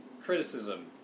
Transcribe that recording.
criticism